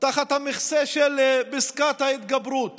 תחת המכסה של פסקת ההתגברות